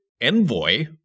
envoy